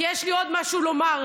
כי יש לי עוד משהו לומר.